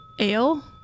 Ale